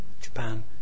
Japan